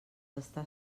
estar